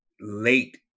late